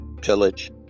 pillage